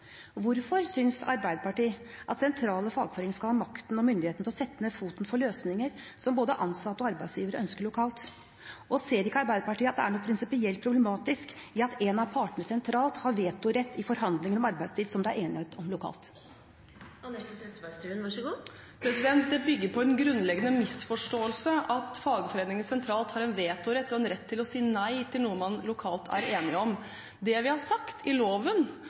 Hvorfor synes Arbeiderpartiet at sentrale fagforeninger skal ha makt og myndighet til å sette ned foten for løsninger som både ansatte og arbeidsgivere ønsker lokalt? Og ser ikke Arbeiderpartiet at det er noe prinsipielt problematisk i at en av partene sentralt har vetorett i forhandlinger om arbeidstid som det er enighet om lokalt? Det bygger på en grunnleggende misforståelse at fagforeninger sentralt har en vetorett og en rett til å si nei til noe man lokalt er enig om. Det vi har sagt, i loven,